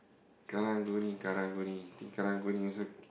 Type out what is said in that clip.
Karang-Guni Karang-Guni think Karang-Guni also k~